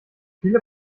viele